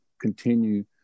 continue